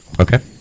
Okay